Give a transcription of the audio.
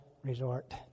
resort